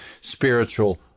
spiritual